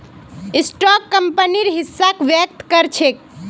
stock कंपनीर हिस्साक व्यक्त कर छेक